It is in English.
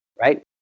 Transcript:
right